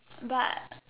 but